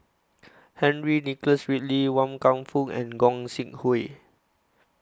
Henry Nicholas Ridley Wan Kam Fook and Gog Sing Hooi